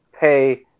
pay